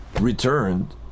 returned